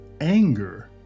anger